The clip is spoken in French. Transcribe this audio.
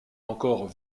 encore